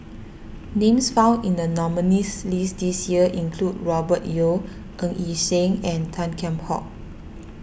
names found in the nominees' list this year include Robert Yeo Ng Yi Sheng and Tan Kheam Hock